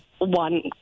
one